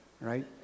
right